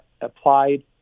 applied